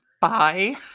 Bye